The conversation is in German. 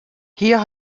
hier